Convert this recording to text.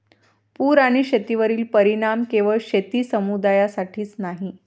पूर आणि शेतीवरील परिणाम केवळ शेती समुदायासाठीच नाही